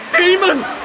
demons